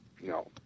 No